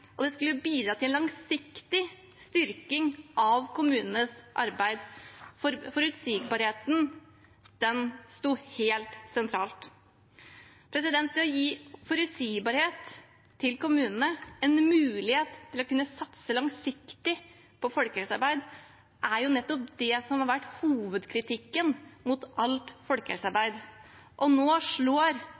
og det skulle bidra til langsiktig styrking av kommunenes arbeid. Forutsigbarheten sto helt sentralt. Det å gi forutsigbarhet til kommunene, en mulighet til å kunne satse langsiktig på folkehelsearbeid, er jo nettopp det som har vært hovedkritikken mot alt folkehelsearbeid har dreid seg om, og nå slår